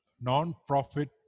non-profit